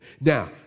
Now